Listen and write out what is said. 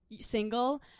single